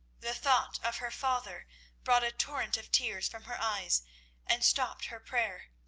the thought of her father brought a torrent of tears from her eyes and stopped her prayer.